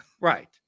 Right